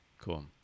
cool